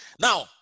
Now